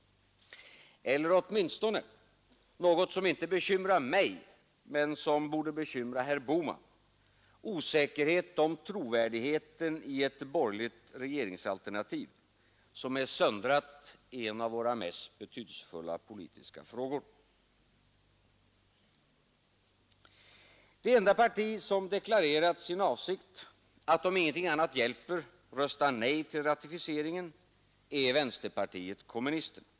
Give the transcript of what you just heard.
Eller åtminstone — något som inte bekymrar mig men som borde bekymra herr Bohman — osäkerhet om trovärdigheten i ett borgerligt regeringsalternativ som är söndrat i en av våra mest betydelsefulla politiska frågor? Det enda parti som deklarerat sin avsikt att, om ingenting annat hjälper, rösta nej till ratificeringen är vänsterpartiet kommunisterna.